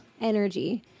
energy